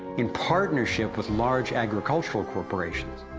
in partnership with large agricultural corporations.